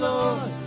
Lord